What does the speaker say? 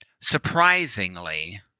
surprisingly